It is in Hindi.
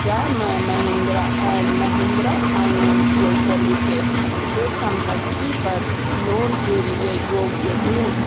क्या मैं Mahindra and Mahindra financial services से संपत्ति पर लोन के लिए योग्य हूँ